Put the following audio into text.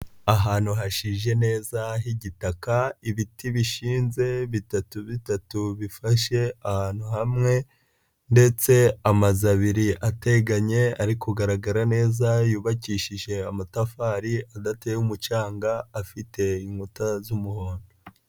Ahantu hashije neza h'igitaka, ibiti bishinze bitatu bitatu bifashe ahantu hamwe ndetse amazu abiri ateganye ari kugaragara neza, yubakishije amatafari adateye umucanga, afite inkuta z'umuhondo.